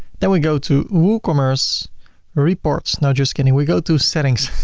then we go to woocommerce reports. no, just kidding. we go to settings.